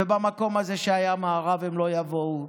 ולמקום הזה שהיה בו מארב הם לא יבואו.